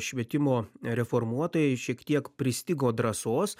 švietimo reformuotojai šiek tiek pristigo drąsos